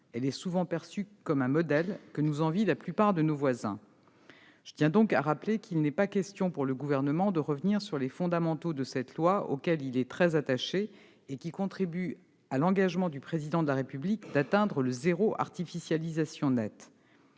Elle est souvent perçue comme un modèle que nous envient la plupart de nos voisins. Je tiens donc à rappeler qu'il n'est pas question, pour le Gouvernement, de revenir sur les fondamentaux de cette loi, auxquels il est très attaché et qui contribuent à l'engagement du Président de la République d'atteindre le « zéro artificialisation nette